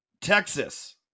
Texas